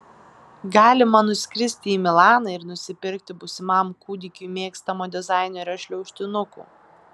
galima nuskristi į milaną ir nusipirkti būsimam kūdikiui mėgstamo dizainerio šliaužtinukų